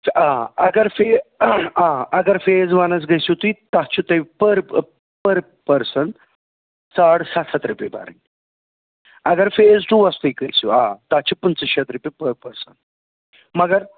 تہٕ آ اَگر فیز آ اَگر فیز وَنَس گٔژھِو تُہۍ تَتھ چھُ تۄہہِ پٔر پٔر پٔرسَن ساڑ سَتھ ہَتھ رۄپیہِ بَرٕنۍ اَگر فیز ٹُوَس تُہۍ کھٔسِو آ تَتھ چھِ پٕنٛژٕہ شَتھ رۄپیہِ پٔر پٔرسَن مَگر